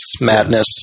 madness